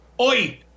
Oi